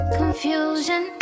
confusion